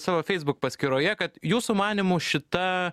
savo facebook paskyroje kad jūsų manymu šita